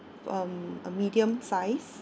um a medium size